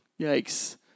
Yikes